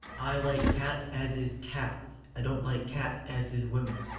i like cats as is cats. i don't like cats as is women,